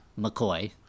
McCoy